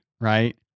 right